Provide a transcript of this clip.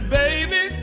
baby